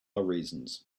reasons